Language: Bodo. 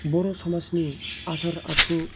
बर' समाजनि आसार आखु